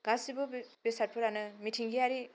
गासिबो बेसादफोरानो मिथिंगायारि